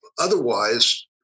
otherwise